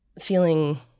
feeling